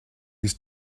his